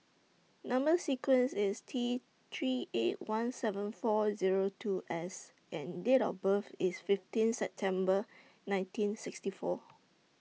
Number sequence IS T three eight one seven four Zero two S and Date of birth IS fifteen September nineteen sixty four